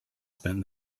spent